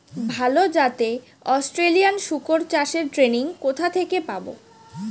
ভালো জাতে অস্ট্রেলিয়ান শুকর চাষের ট্রেনিং কোথা থেকে পাব?